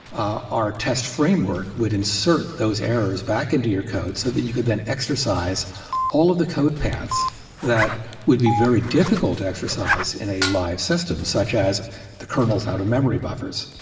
our test framework would insert those errors back into your code so that you could then exercise all of the code paths that would be very difficult to exercise in a live system, such as the kernels out of memory buffers.